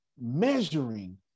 measuring